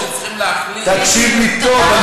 תקשיב לי טוב.